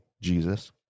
Jesus